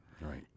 right